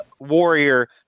warrior